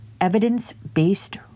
evidence-based